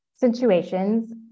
Situations